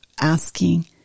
asking